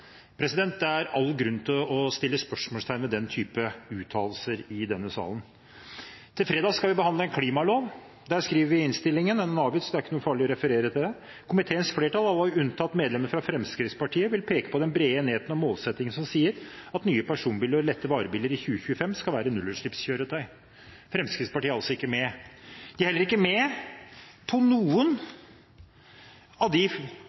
Det er all grunn til å sette spørsmålstegn ved den type uttalelser i denne salen. Fredag skal vi behandle klimaloven. Der skriver vi i innstillingen – den er avgitt, så det er ikke noe farlig å referere til den: «Komiteens flertall, alle unntatt medlemmene fra Fremskrittspartiet, vil peke på den brede enigheten om målsettingen som sier at nye personbiler og lette varebiler i 2025 skal være nullutslippskjøretøy.» Fremskrittspartiet er altså ikke med. De er heller ikke med på noen av